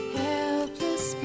helpless